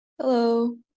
Hello